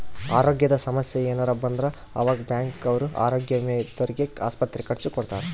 ಅರೋಗ್ಯದ ಸಮಸ್ಸೆ ಯೆನರ ಬಂದ್ರ ಆವಾಗ ಬ್ಯಾಂಕ್ ಅವ್ರು ಆರೋಗ್ಯ ವಿಮೆ ಇದ್ದೊರ್ಗೆ ಆಸ್ಪತ್ರೆ ಖರ್ಚ ಕೊಡ್ತಾರ